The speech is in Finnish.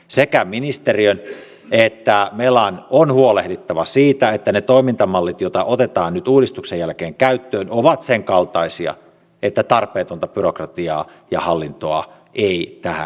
sekä ministeriön että melan on huolehdittava siitä että ne toimintamallit joita otetaan nyt uudistuksen jälkeen käyttöön ovat senkaltaisia että tarpeetonta byrokratiaa ja hallintoa ei tähän tule